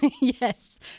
Yes